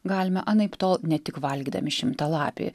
galime anaiptol ne tik valgydami šimtalapį